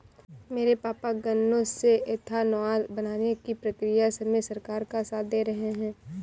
मेरे पापा गन्नों से एथानाओल बनाने की प्रक्रिया में सरकार का साथ दे रहे हैं